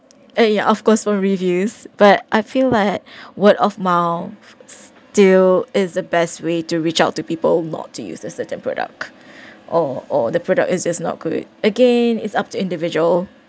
ya of course will reviews but I feel that word of mouth still is the best way to reach out to people not to use a certain product or or the product is just not good again it's up to individual